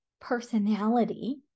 personality